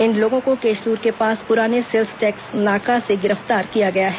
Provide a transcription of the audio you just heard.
इन लोगों को केशलूर के पास पूराने सेल्स टैक्स नाका से गिरफ्तार किया गया है